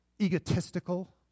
egotistical